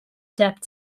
debt